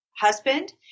Husband